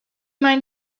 mind